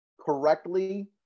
correctly